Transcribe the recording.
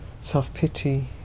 self-pity